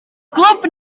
glwb